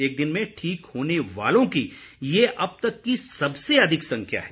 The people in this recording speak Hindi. एक दिन में ठीक होने वालों की यह अब तक की सबसे अधिक संख्या है